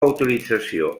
utilització